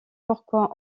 pourquoi